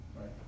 Right